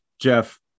Jeff